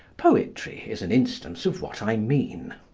poetry is an instance of what i mean.